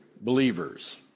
believers